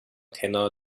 kenner